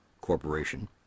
Corporation